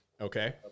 okay